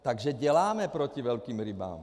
Takže děláme proti velkým rybám.